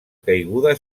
caiguda